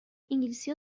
انگلیسی